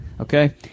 Okay